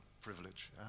privilege